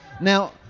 Now